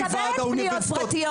--- ואני מקבלת פניות פרטיות,